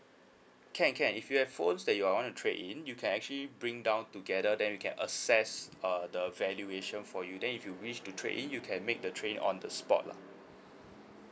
can can if you have phones that you're want to trade in you can actually bring down together then we can assess uh the valuation for you then if you wish to trade in you can make the trade in on the spot lah